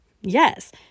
yes